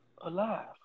Alive